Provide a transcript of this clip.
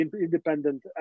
independent